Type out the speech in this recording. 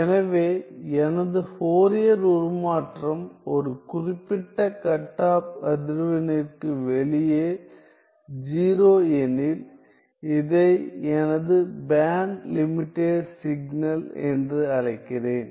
எனவே எனது ஃபோரியர் உருமாற்றம் ஒரு குறிப்பிட்ட கட் ஆப் அதிர்வெண்ணிற்குவெளியே 0 எனில் இதை எனது பேண்ட் லிமிடெட் சிக்னல் என்று அழைக்கிறேன்